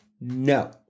No